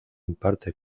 imparte